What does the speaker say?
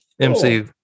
mc